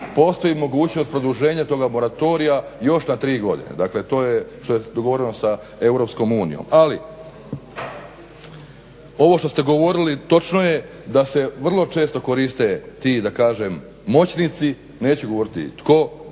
postoji mogućnost produženja toga moratorija još na 3 godine. dakle to je što je dogovoreno sa EU. Ali ovo što ste govorili točno je da se vrlo često koriste ti da kažem moćnici, neću govoriti tko,